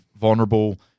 vulnerable